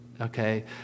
okay